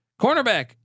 Cornerback